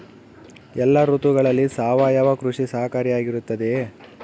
ಎಲ್ಲ ಋತುಗಳಲ್ಲಿ ಸಾವಯವ ಕೃಷಿ ಸಹಕಾರಿಯಾಗಿರುತ್ತದೆಯೇ?